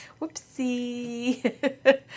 whoopsie